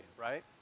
right